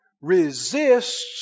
resists